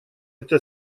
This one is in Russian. это